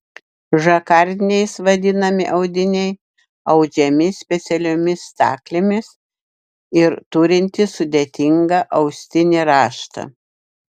žakardiniais vadinami audiniai audžiami specialiomis staklėmis ir turintys sudėtingą austinį raštą